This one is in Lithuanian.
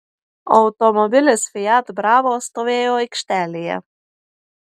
automobilis fiat bravo stovėjo aikštelėje